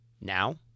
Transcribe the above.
now